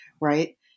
right